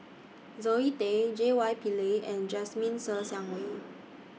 Zoe Tay J Y Pillay and Jasmine Ser Xiang Wei